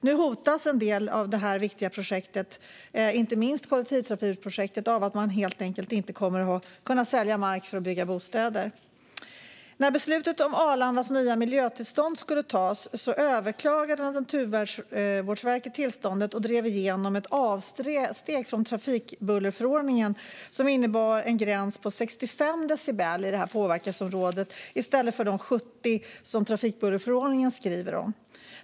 Nu hotas en del av detta viktiga projekt, inte minst kollektivtrafikprojektet, av att man helt enkelt inte kommer att kunna sälja mark för att bygga bostäder. När beslutet om Arlandas nya miljötillstånd skulle fattas överklagade Naturvårdsverket tillståndet och drev igenom ett avsteg från trafikbullerförordningen som innebar en gräns på 65 decibel i påverkansområdet i stället för de 70 decibel som nämns i trafikbullerförordningen.